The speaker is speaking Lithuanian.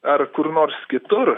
ar kur nors kitur